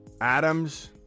Adams